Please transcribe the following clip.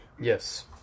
yes